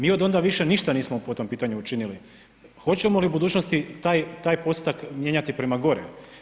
Mi od onda više ništa nismo po tom pitanju učinili, hoćemo li u budućnosti taj postotak mijenjati prema gore.